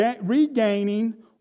regaining